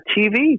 TV